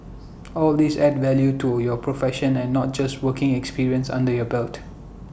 all these add value to your profession and not just working experience under your belt